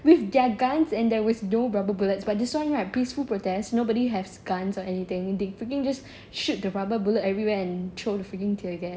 with their guns and there was no rubber bullets but this one right peaceful protest nobody has guns or anything they freaking just shoot the rubber bullets everywhere and throw the freaking tear gas